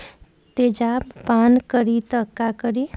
तेजाब पान करी त का करी?